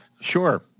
Sure